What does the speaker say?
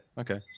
Okay